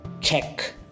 check